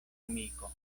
amiko